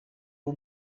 w’u